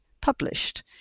published